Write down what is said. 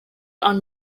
are